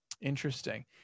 interesting